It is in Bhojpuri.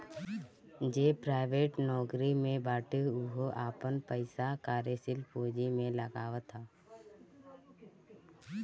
जे प्राइवेट नोकरी में बाटे उहो आपन पईसा कार्यशील पूंजी में लगावत हअ